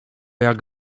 jak